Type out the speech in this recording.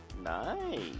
Nice